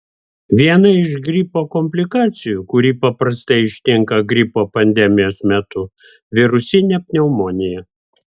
viena iš gripo komplikacijų kuri paprastai ištinka gripo pandemijos metu virusinė pneumonija